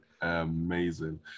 amazing